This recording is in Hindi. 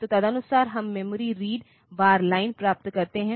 तो तदनुसार हम मेमोरी रीड बार लाइन प्राप्त करते हैं